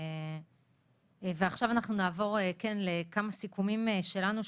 עכשיו אנחנו נעבור לכמה סיכומים שלנו,